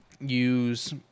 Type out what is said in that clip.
use